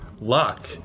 luck